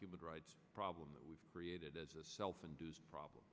human rights problem that we created as a self induced problem